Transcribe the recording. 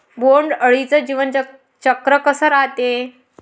बोंड अळीचं जीवनचक्र कस रायते?